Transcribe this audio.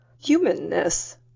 humanness